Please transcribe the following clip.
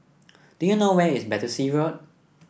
do you know where is Battersea Road